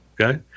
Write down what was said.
Okay